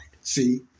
See